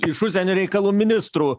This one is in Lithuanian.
iš užsienio reikalų ministrų